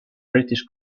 british